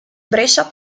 brescia